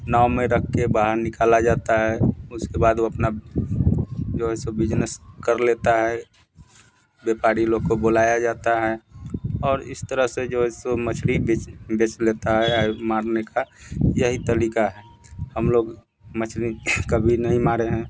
नाव में रख के बाहर निकाला जाता है उसके बाद वो अपना जो है सो बिजनेस कर लेता है व्यापारी लोग को बुलाया जाता है और इस तरह से जो है सो मछली बेच बेच लेता है मारने का यही तरीका है हम लोग मछली कभी नहीं मारे हैं